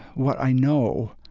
what i know